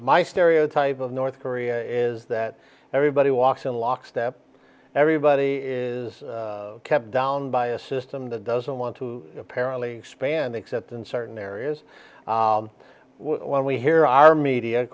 my stereotype of north korea is that everybody walks in lockstep everybody is kept down by a system that doesn't want to paralyse expand except in certain areas when we hear our media